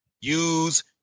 use